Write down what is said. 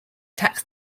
tax